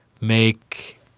make